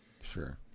Sure